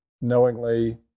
knowingly